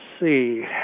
see